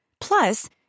Plus